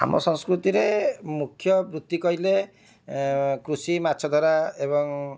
ଆମ ସଂସ୍କୃତିରେ ମୁଖ୍ୟ ବୃତ୍ତି କହିଲେ କୃଷି ମାଛଧରା ଏବଂ